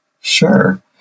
sure